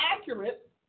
accurate